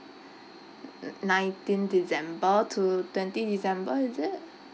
nineteenth december to twenty december is it